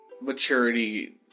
maturity